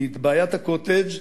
כי בעיית ה"קוטג'",